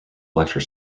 lecture